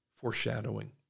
foreshadowing